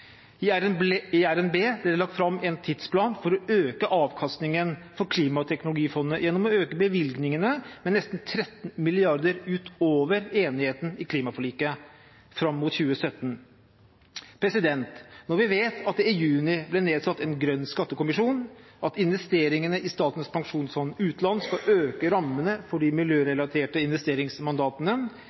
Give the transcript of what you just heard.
I revidert nasjonalbudsjett ble det lagt fram en tidsplan for å øke avkastningen for klimateknologifondet gjennom å øke bevilgningene med nesten 13 mrd. kr utover enigheten i klimaforliket fram mot 2017. Når vi vet at det i juni ble nedsatt en grønn skattekommisjon, at investeringene i Statens pensjonsfond utland skal øke rammene for de miljørelaterte investeringsmandatene,